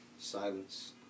Silence